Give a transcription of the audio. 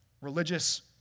religious